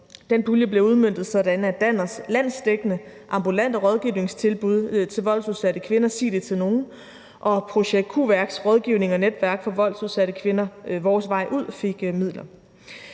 Den pulje blev udmøntet sådan, at Danners landsdækkende ambulante rådgivningstilbud til voldsudsatte kvinder »Sig det til nogen« og Projekt Q-Værks rådgivning og netværk for voldsudsatte kvinder »Vores Vej Ud« fik midler.